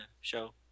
show